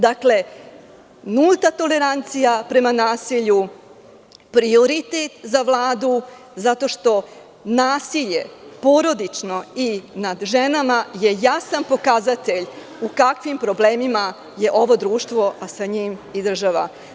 Dakle, nulta tolerancija prema nasilju, prioritet za Vladu zato što nasilje, porodično i nad ženama, je jasan pokazatelj u kakvim problemima je ovo društvo, a sa njim i država.